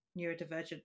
neurodivergent